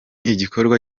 igikorwa